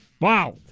Wow